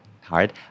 hard